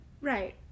right